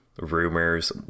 rumors